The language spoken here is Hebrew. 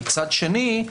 מצד שני,